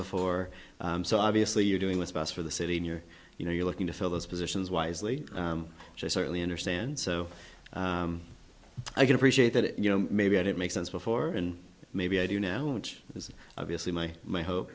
before so obviously you're doing what's best for the city near you know you're looking to fill those positions wisely certainly understand so i can appreciate that you know maybe i did make sense before and maybe i do now which is obviously my my hope